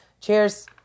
Cheers